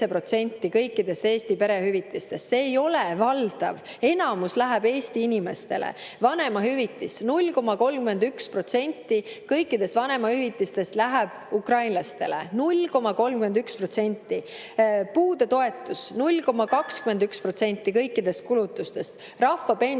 kõikidest Eesti perehüvitistest. See ei ole valdav, enamus läheb Eesti inimestele. Vanemahüvitis – 0,31% kõikidest vanemahüvitistest läheb ukrainlastele. 0,31%! Puudetoetus – 0,21% kõikidest kulutustest, rahvapension